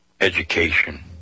education